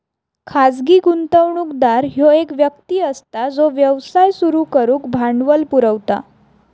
खाजगी गुंतवणूकदार ह्यो एक व्यक्ती असता जो व्यवसाय सुरू करुक भांडवल पुरवता